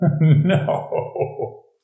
No